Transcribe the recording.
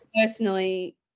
personally